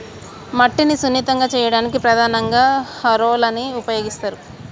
మట్టిని సున్నితంగా చేయడానికి ప్రధానంగా హారోలని ఉపయోగిస్తరు